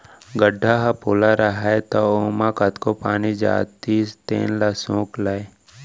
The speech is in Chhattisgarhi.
गड्ढ़ा ह पोला रहय त ओमा कतको पानी जातिस तेन ल सोख लय